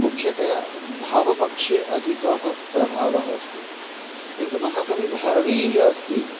मुख्यतया भावपक्षे अधिकः प्रभावः अस्ति किन्तु महाकविः भारविः यः अस्ति